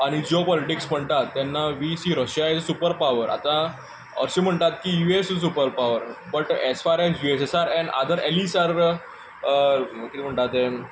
आनी geopolitics म्हणटा तेन्ना we see Russia as superpower आतां अशें म्हणटात की U S is superpower but as far as U S S R and other allies are कितें म्हणटात तें